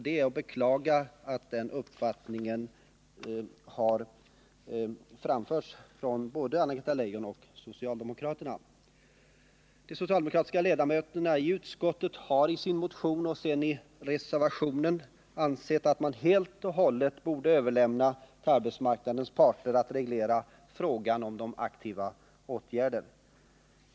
Det är att beklaga att den uppfattningen framförts från henne och socialdemokraterna. De socialdemokratiska ledamöterna i utskottet har i en motion och senare i en reservation ansett att man helt och hållet borde överlämna till arbetsmarknadens parter att reglera frågan om de aktiva åtgärderna.